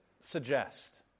suggest